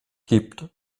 gibt